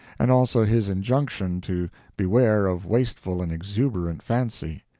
and also his injunction to beware of wasteful and exuberant fancy.